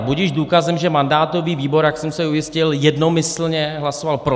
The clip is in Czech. Budiž důkazem, že mandátový výbor, jak jsem se ujistil, jednomyslně hlasoval proti.